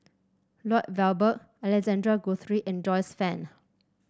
Lloyd Valberg Alexander Guthrie and Joyce Fan